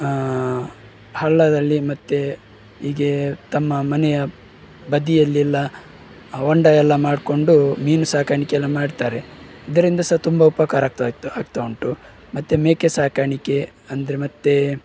ಹಳ್ಳದಲ್ಲಿ ಮತ್ತೆ ಹೀಗೆ ತಮ್ಮ ಮನೆಯ ಬದಿಯಲ್ಲೆಲ್ಲ ಹೊಂಡ ಎಲ್ಲ ಮಾಡಿಕೊಂಡು ಮೀನು ಸಾಕಾಣಿಕೆನ ಮಾಡ್ತಾರೆ ಇದರಿಂದ ಸಹ ತುಂಬ ಉಪಕಾರ ಆಗ್ತಾಯಿತ್ತು ಆಗ್ತಾ ಉಂಟು ಮತ್ತೆ ಮೇಕೆ ಸಾಕಾಣಿಕೆ ಅಂದರೆ ಮತ್ತೆ